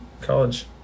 college